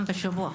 פעם בשבוע.